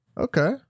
okay